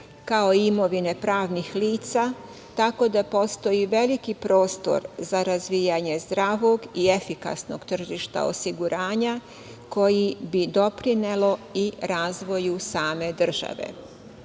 kao i imovine pravnih lica tako da postoji veliki prostor za razvijanje zdravog i efikasnog tržišta osiguranja koji bi doprineo i razvoju same države.